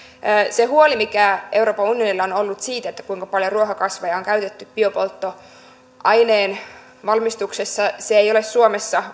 se huoli mikä euroopan unionilla on ollut siitä kuinka paljon ruohokasveja on käytetty biopolttoaineen valmistuksessa ei ole suomessa